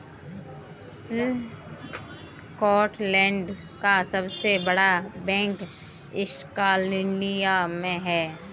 Scotland का सबसे बड़ा बैंक स्कॉटिया बैंक है